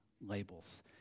labels